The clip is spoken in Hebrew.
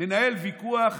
מנהל ויכוח